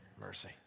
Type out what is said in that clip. Mercy